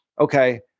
okay